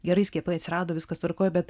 gerai skiepai atsirado viskas tvarkoj bet